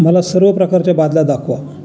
मला सर्व प्रकारच्या बादल्या दाखवा